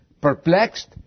perplexed